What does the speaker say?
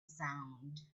sound